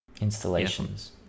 Installations